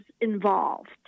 involved